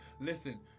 Listen